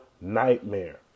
nightmare